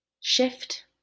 shift